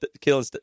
killing